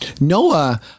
Noah